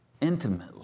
intimately